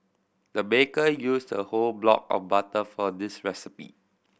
the baker used a whole block of butter for this recipe